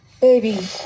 baby